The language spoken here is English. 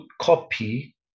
copy